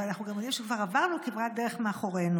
אנחנו יודעים גם שעברנו כברת דרך מאחורינו.